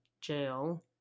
jail